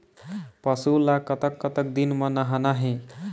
पशु ला कतक कतक दिन म नहाना हे?